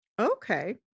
Okay